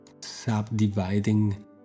subdividing